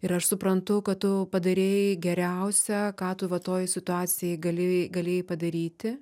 ir aš suprantu kad tu padarei geriausia ką tu va toj situacijai galėjai galėjai padaryti